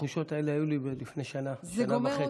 התחושות האלה היו לי לפני שנה, שנה וחצי.